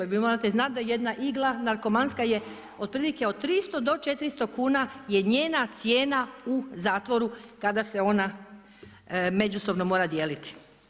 Jer vi morate znati da jedna igla narkomanska je otprilike od 300 do 400 kuna je njena cijena u zatvoru kada se ona međusobno mora dijeliti.